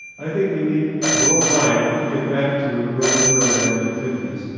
i think we need world wide to get back to where we were in the nineteen fifty s,